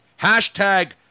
Hashtag